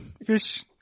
fish